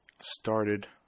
started